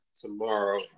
tomorrow